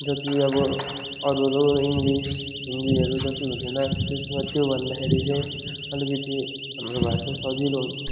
जति अब अरू अरू इङ्लिस हिन्दीहरू जति हुँदैन त्यसमा त्योभन्दाखेरि चाहिँ अलिकति हाम्रो भाषा सजिलो हुन्छ